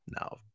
No